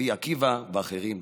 רבי עקיבא ואחרים.